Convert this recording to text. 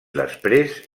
després